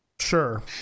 Sure